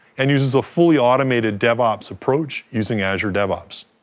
and uses a fully automated devops approach using azure devops.